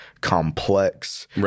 complex